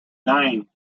nine